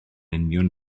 union